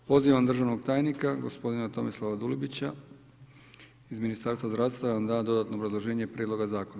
Pozivam državnog tajnika gospodina Tomislava Dulibića iz Ministarstva zdravstva da nam da dodatno obrazloženje prijedloga zakona.